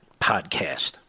podcast